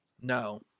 No